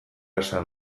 esan